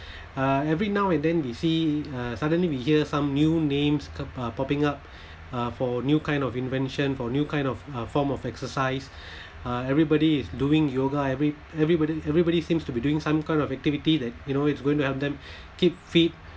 uh every now and then we see uh suddenly we hear some new names c~ uh popping up for new kind of invention for new kind of a form of exercise uh everybody is doing yoga every everybody everybody seems to be doing some kind of activity that you know it's going to help them keep fit